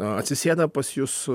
atsisėda pas jus